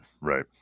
Right